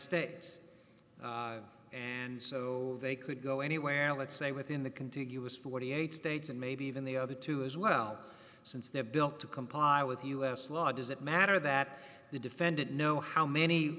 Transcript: states and so they could go anywhere let's say within the contiguous forty eight dollars states and maybe even the other two as well since they're built to comply with u s law does it matter that the defendant know how many